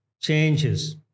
changes